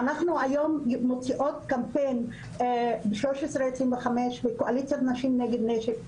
אנחנו היום מוציאות קמפיין ב-1325 וקואליציית נשים נגד נשק,